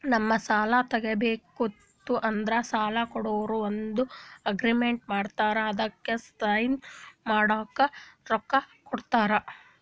ನಮ್ಗ್ ಸಾಲ ತಗೋಬೇಕಿತ್ತು ಅಂದ್ರ ಸಾಲ ಕೊಡೋರು ಒಂದ್ ಅಗ್ರಿಮೆಂಟ್ ಮಾಡ್ಕೊಂಡ್ ಅದಕ್ಕ್ ಸೈನ್ ಮಾಡ್ಕೊಂಡ್ ರೊಕ್ಕಾ ಕೊಡ್ತಾರ